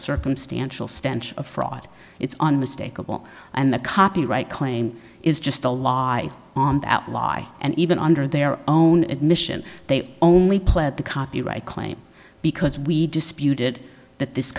circumstantial stench of fraud it's on mistake and the copyright claim is just a lie on that why and even under their own admission they only pled the copyright claim because we disputed that this